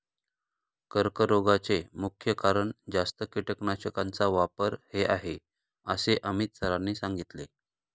कर्करोगाचे मुख्य कारण जास्त कीटकनाशकांचा वापर हे आहे असे अमित सरांनी सांगितले